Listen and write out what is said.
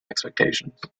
expectations